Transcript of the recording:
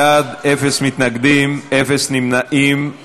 70 בעד, אין מתנגדים, אין נמנעים.